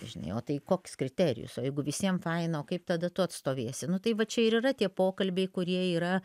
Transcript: žinai o tai koks kriterijus o jeigu visiem faina kaip tada tu atstovėsi nu tai va čia ir yra tie pokalbiai kurie yra